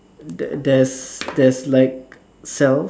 there there's there's like cells